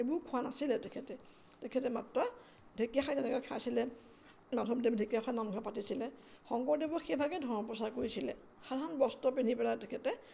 এইবোৰ খোৱা নাছিলে তেখেতে তেখেতে মাত্ৰ ঢেকীয়া খাই যেনেকে খাইছিলে মাধৱদেৱ ঢেকীয়াখোৱা নামঘৰ পাতিছিলে শংকৰদেৱৰ সেইভাগে ধৰ্ম প্ৰচাৰ কৰিছিলে সাধাৰণ বস্ত্ৰ পিন্ধি পেলাই তেখেতে